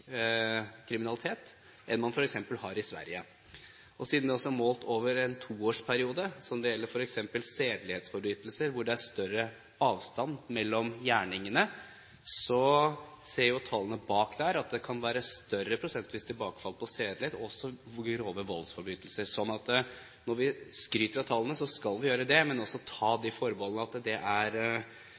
også er målt over en toårsperiode, f.eks. for sedelighetsforbrytelser, hvor det er større avstand mellom gjerningene, viser tallene bak at det kan være større prosentvis tilbakefall for sedelighets- og også grove voldsforbrytelser. Så når vi skryter av tallene, skal vi kunne gjøre det, men også ta det forbeholdet at det er